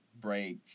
break